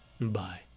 Bye